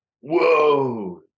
whoa